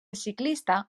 ciclista